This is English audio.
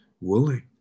willing